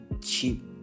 cheap